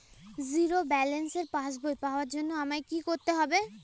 Zero ব্যালেন্সের পাসবই পাওয়ার জন্য আমায় কী করতে হবে?